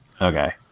Okay